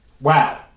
Wow